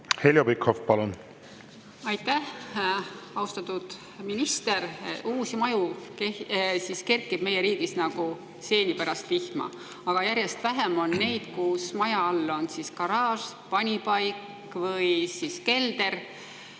Heljo Pikhof, palun! Aitäh! Austatud minister! Uusi maju kerkib meie riigis nagu seeni pärast vihma, aga järjest vähem on neid, kus maja all on garaaž, panipaik või kelder.